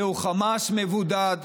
תראו, חמאס מבודד,